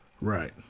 Right